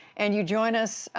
and you join us,